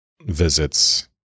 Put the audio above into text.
visits